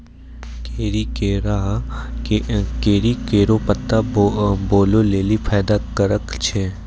करी केरो पत्ता बालो लेलि फैदा कारक छै